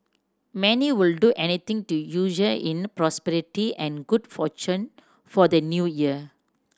many would do anything to in prosperity and good fortune for the New Year